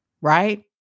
right